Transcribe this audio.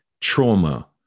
trauma